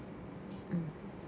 mm